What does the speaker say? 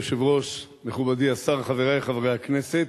אדוני היושב-ראש, מכובדי השר, חברי חברי הכנסת,